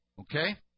okay